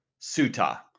Sutta